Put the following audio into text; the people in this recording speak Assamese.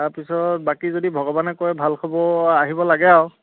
তাৰপিছত বাকী যদি ভগৱানে কৰে ভাল খবৰ আহিব লাগে আৰু